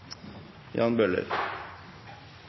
Jan Bøhler